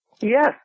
Yes